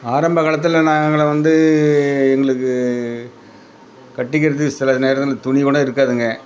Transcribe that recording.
ஆரம்பக்காலத்தில் நாங்களும் வந்து எங்களுக்கு கட்டிக்கிறதுக்கு சில நேரத்தில் துணிக்கூட இருக்காதுங்க